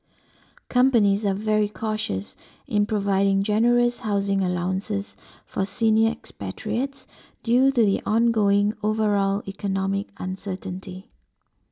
companies are very cautious in providing generous housing allowances for senior expatriates due the ongoing overall economic uncertainty